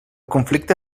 conflicte